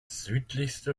südlichste